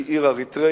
היא עיר אריתריאית,